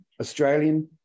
Australian